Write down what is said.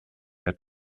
der